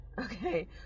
okay